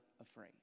afraid